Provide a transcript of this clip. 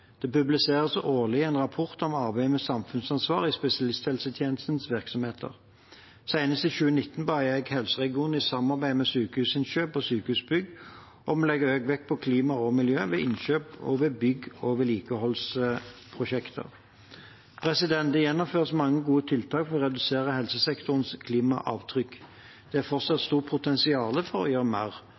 Det publiseres årlig en rapport om arbeidet med samfunnsansvar i spesialisthelsetjenestens virksomheter. Senest i 2019 ba jeg helseregionene i samarbeid med Sykehusinnkjøp og Sykehusbygg om å legge økt vekt på klima og miljø ved innkjøp og ved bygg- og vedlikeholdsprosjekter. Det gjennomføres mange gode tiltak for å redusere helsesektorens klimaavtrykk. Det er fortsatt et stort potensial for å gjøre mer.